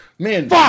Man